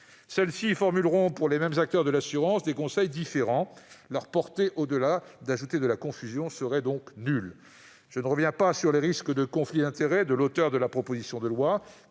Celles-ci formuleront pour les mêmes acteurs de l'assurance des conseils différents. Leur portée, au-delà d'ajouter de la confusion, sera donc nulle. Je ne reviens pas sur les risques de conflit d'intérêts de l'auteure de la proposition de loi,